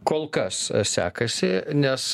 kol kas sekasi nes